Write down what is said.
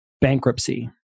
bankruptcy